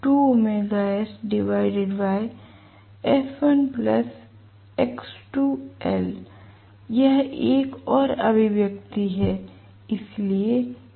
यह एक और अभिव्यक्ति है